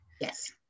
yes